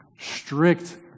strict